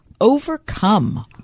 overcome